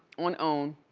on own,